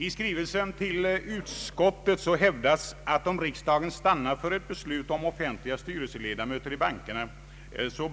I skrivelsen till utskottet hävdas att om riksdagen stannar för ett beslut om offentliga styrelseledamöter i bankerna,